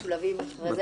משרד האוצר במכרז